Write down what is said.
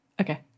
Okay